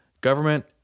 government